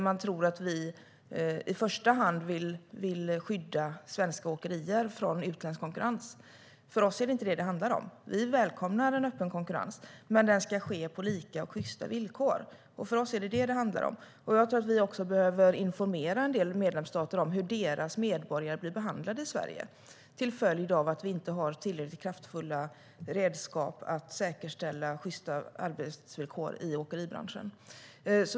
Man tror att vi i första hand vill skydda svenska åkerier från utländsk konkurrens. För oss är det inte detta det handlar om; vi välkomnar en öppen konkurrens. Men den ska ske på lika och sjysta villkor. För oss är det detta det handlar om. Jag tror att vi behöver informera en del medlemsstater om hur deras medborgare blir behandlade i Sverige till följd av att vi inte har tillräckligt kraftfulla redskap för att säkerställa sjysta arbetsvillkor i åkeribranschen.